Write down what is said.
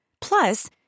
Plus